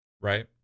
right